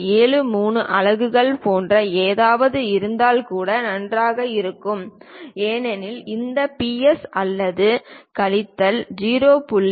73 அலகுகள் போன்ற ஏதாவது இருந்தால் கூட நன்றாக இருக்கும் ஏனெனில் இந்த பிளஸ் அல்லது கழித்தல் 0